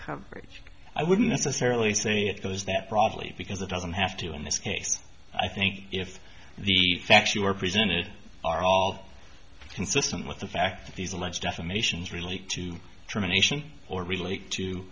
coverage i wouldn't necessarily say it was that probably because it doesn't have to in this case i think if the facts you are presented are all consistent with the fact that these alleged defamations relate to determination or relate to